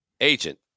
agent